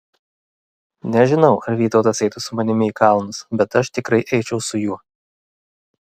nežinau ar vytautas eitų su manimi į kalnus bet aš tikrai eičiau su juo